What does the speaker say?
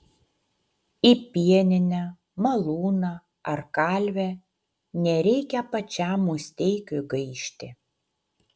į pieninę malūną ar kalvę nereikia pačiam musteikiui gaišti